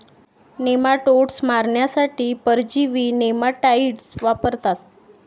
nematodes मारण्यासाठी परजीवी nematicides वापरतात